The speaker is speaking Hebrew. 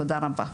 תודה רבה.